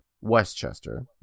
Westchester